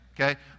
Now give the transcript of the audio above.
Okay